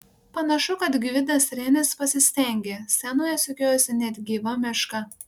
panašu kad gvidas renis pasistengė scenoje sukiojasi net gyva meška